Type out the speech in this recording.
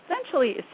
essentially